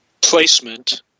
placement –